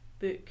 book